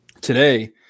Today